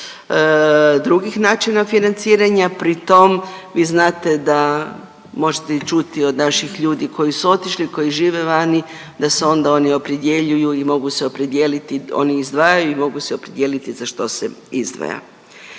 drugih načina financiranja, pri tom vi znate da, možete i čuti od naših ljudi koji su otišli i koji žive vani da se onda oni opredjeljuju i mogu se opredijeliti, oni izdvajaju i mogu se opredijeliti za što se izdvaja.